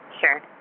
Sure